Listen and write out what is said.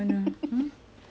I would say